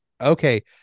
Okay